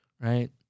right